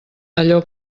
allò